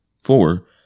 Four